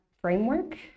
framework